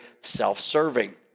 self-serving